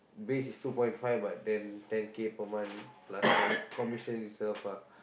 base is two point five but then ten K per month plus comm~ commission itself ah